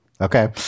Okay